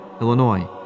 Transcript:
Illinois